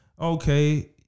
okay